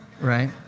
right